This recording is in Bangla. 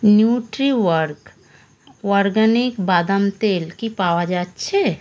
নিউট্রিঅর্গ অরগ্যানিক বাদাম তেল কি পাওয়া যাচ্ছে